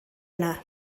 yna